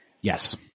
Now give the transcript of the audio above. Yes